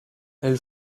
elle